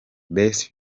best